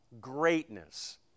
greatness